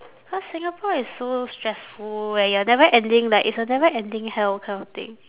cause singapore is so stressful where you're never ending like it's a never ending hell kind of thing